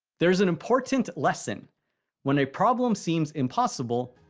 there's an important lesson when a problem seems impossible,